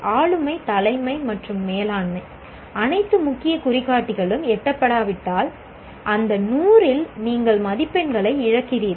ஆளுமை தலைமை மற்றும் மேலாண்மை அனைத்து முக்கிய குறிகாட்டிகளும் எட்டப்படாவிட்டால் அந்த 100 இல் நீங்கள் மதிப்பெண்களை இழக்கிறீர்கள்